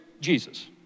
Jesus